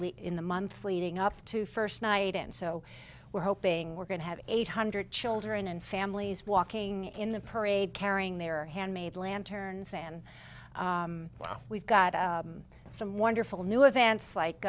lee in the month leading up to first night and so we're hoping we're going to have eight hundred children and families walking in the parade carrying their handmade lanterns and we've got some wonderful new events like